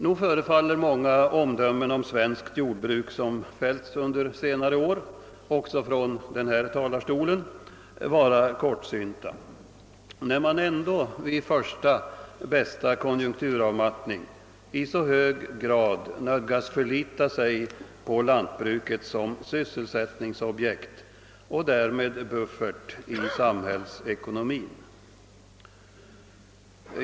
Nog förefaller många omdömen om svenskt jordbruk, som fällts under senare år, också från denna talarstol, vara kortsynta, när man ändå vid första bästa konjunkturavmattning i så hög grad nödgas förlita sig på lantbruket som sysselsättningsobjekt och därmed buffert i samhällsekonomin.